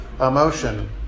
emotion